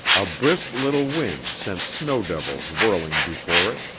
a brisk little wind sent snow devils whirling before it,